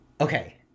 Okay